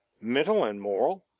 mental and moral,